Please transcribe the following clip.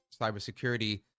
cybersecurity